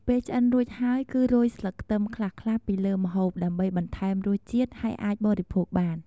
ពេលឆ្អិនរួចហើយ គឺរោយស្លឹកខ្ទឹមខ្លះៗពីលើម្ហូប ដើម្បីបន្ថែមរសជាតិ ហើយអាចបរិភោគបាន។